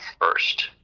first